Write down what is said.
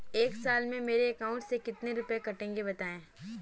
एक साल में मेरे अकाउंट से कितने रुपये कटेंगे बताएँ?